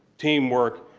teamwork,